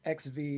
XV